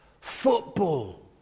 football